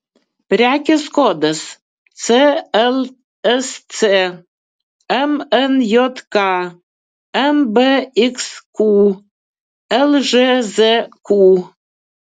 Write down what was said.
prekės kodas clsc mnjk mbxq lžzq